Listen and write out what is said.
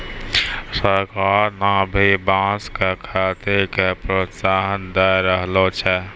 सरकार न भी बांस के खेती के प्रोत्साहन दै रहलो छै